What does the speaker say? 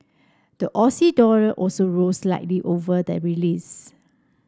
the Aussie dollar also rose slightly over the release